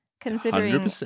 Considering